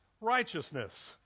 righteousness